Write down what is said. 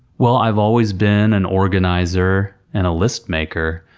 well, i've always been an organizer, and a list maker,